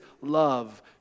love